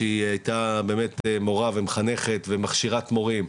שהיא היתה באמת מורה ומחנכת ומכשירת מורים,